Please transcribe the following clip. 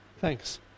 Thanks